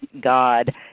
God